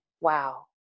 wow